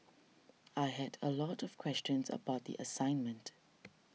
I had a lot of questions about the assignment